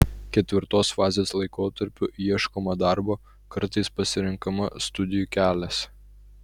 ketvirtos fazės laikotarpiu ieškoma darbo kartais pasirenkama studijų kelias